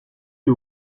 que